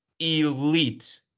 elite